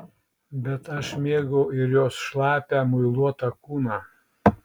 bet aš mėgau ir jos šlapią muiluotą kūną